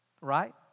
Right